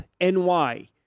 NY